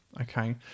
okay